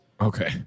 Okay